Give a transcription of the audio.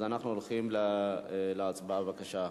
אז אנחנו הולכים להצבעה, בבקשה.